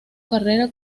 carrera